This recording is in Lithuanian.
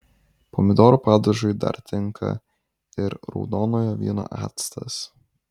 pomidorų padažui dar tinka ir raudonojo vyno actas